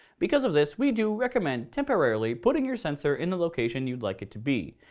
because of this, we do recommend temporarily putting your sensor in the location you'd like it to be.